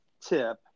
tip